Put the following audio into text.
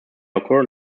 occur